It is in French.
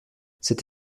cette